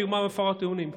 מרמה והפרת אמונים.